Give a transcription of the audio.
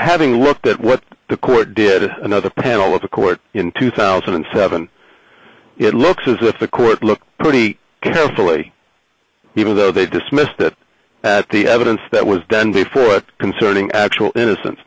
having looked at what the court did another panel of the court in two thousand and seven it looks as if the court looked pretty carefully even though they dismissed that at the evidence that was done before but concerning actual innocence